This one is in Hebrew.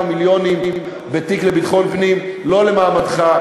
מיליונים ותיק לביטחון פנים לא למעמדך,